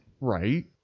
Right